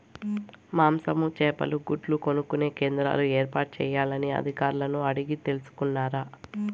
మాంసము, చేపలు, గుడ్లు కొనుక్కొనే కేంద్రాలు ఏర్పాటు చేయాలని అధికారులను అడిగి తెలుసుకున్నారా?